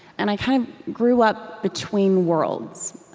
and i kind of grew up between worlds.